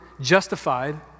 justified